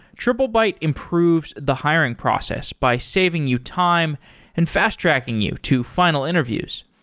triplebyte improves the hiring process by saving you time and fast-tracking you to final interviews.